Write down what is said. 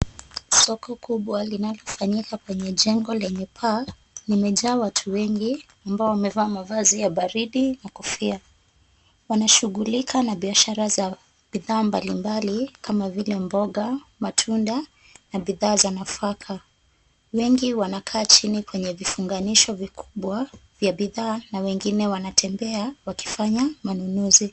Soko kubwa linalofanyika kwenye jengo lenye paa limejaa watu wengi ambao wamevaa mavazi ya baridi na kofia. Wanashughulika na biashara za bidhaa mbalimbali kama vile mboga, matunda na bidhaa za nafaka. Wengi wanakaa chini kwenye vifunganisho vikubwa vya bidhaa na wengine wanatembea wakifanya manunuzi.